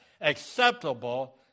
acceptable